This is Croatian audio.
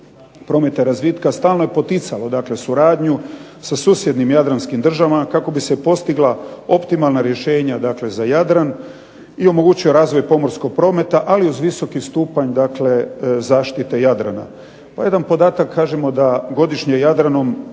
prometa i razvitka stalno je poticalo dakle suradnju sa susjednim jadranskim državama, kako bi se postigla optimalna rješenja dakle za Jadran i omogućio razvoj pomorskog prometa, ali uz visoki stupanj dakle zaštite Jadrana. Pa jedan podatak, kažemo da godišnje Jadranom